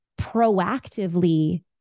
proactively